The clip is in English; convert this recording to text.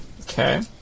Okay